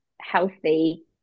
healthy